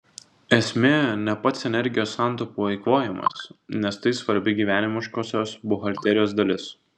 esmė ne pats energijos santaupų eikvojimas nes tai svarbi gyvenimiškosios buhalterijos dalis